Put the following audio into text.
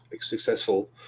successful